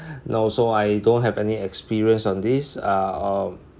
no so I don't have any experience on this uh or